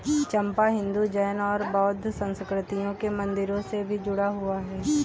चंपा हिंदू, जैन और बौद्ध संस्कृतियों के मंदिरों से भी जुड़ा हुआ है